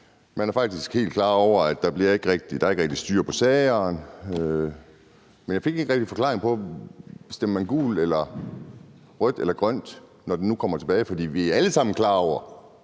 man faktisk er helt klar over, at der ikke rigtig er styr på sagerne. Men jeg fik ikke rigtig en forklaring på, om man stemmer gult, rødt eller grønt, når det nu kommer tilbage i salen. For vi er alle sammen klar over,